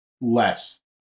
less